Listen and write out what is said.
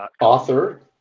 Author